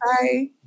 Bye